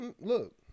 look